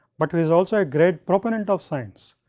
but was also a great proponent of science.